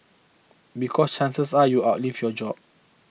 because chances are you outlive your job